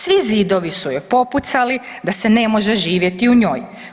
Svi zidovi su joj popucali da se ne može živjeti u njoj.